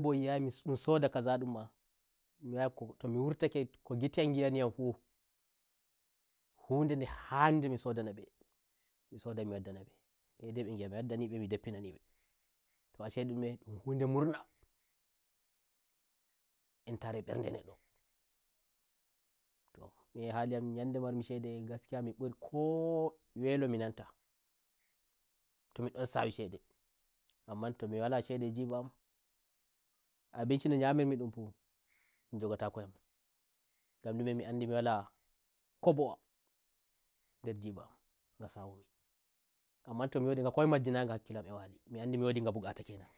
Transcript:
bo yi'ayam ndon soda kaza ndummato mi wurtake ko ngite am yi'ani yam fuhunde nde handu mi soda na mbe mk sodaimi wadda na mbe mi deppinani mbeto a sai ndume ndum hude murnaentare mberde neddoto min e hali am nyande marmi ahede gaskiya mi bur ko welo mi nantato mi ndon sawi shede amma to mi wala shede e njiba amabinci no nyamirai mi ndun fu ndum njogatako yamngam ndume mi andi mi wala kobonder njiba am nga sawumiamma to mi wadi nga komi majjinayi nga hakkilo am e walimi andi mi wodi nga burata kenan